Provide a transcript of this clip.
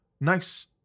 Nice